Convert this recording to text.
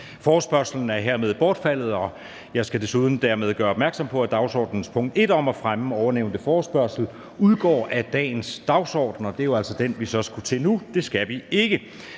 Forespørgslen er hermed bortfaldet. Jeg skal desuden gøre opmærksom på, at dagsordenens punkt 1 om fremme af ovennævnte forespørgsel udgår af dagens dagsorden. Det var jo altså det punkt, vi skulle til nu. Det skal vi så ikke.